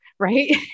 Right